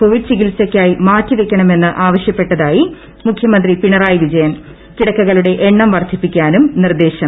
Covid ചികിത്സയ്ക്കായി മാറ്റിവെയ്ക്കണമെന്ന് ആവശ്യപ്പെട്ടതായി മുഖ്യമ്പ്രി പിണറായി വിജയൻ കിടക്കകളുടെ എണ്ണം പ്ർദ്ധിപ്പിക്കാനും നിർദ്ദേശം